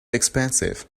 expensive